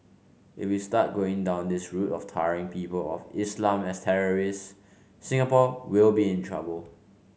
if we start going down this route of tarring people of Islam as terrorists Singapore will be in trouble